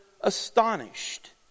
astonished